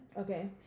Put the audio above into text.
Okay